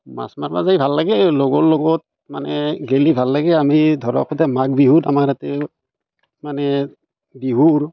মাছ মাৰিব যায় ভাল লাগে লগৰ লগত মানে গ'লে ভাল লাগে আমি ধৰক এতিয়া মাঘ বিহুত আমাৰ এটা মানে বিহুৰ